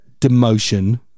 demotion